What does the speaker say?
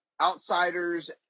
Outsiders